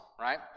right